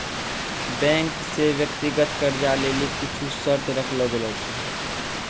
bank से व्यक्तिगत कर्जा लेली कुछु शर्त राखलो गेलो छै